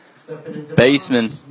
baseman